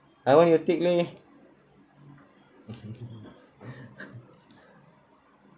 I want your take leh